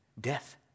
death